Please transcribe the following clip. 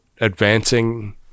advancing